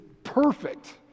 perfect